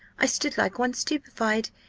i stood like one stupified,